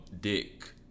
dick